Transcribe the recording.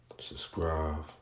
Subscribe